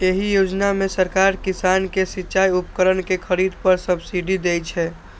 एहि योजना मे सरकार किसान कें सिचाइ उपकरण के खरीद पर सब्सिडी दै छै